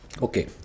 Okay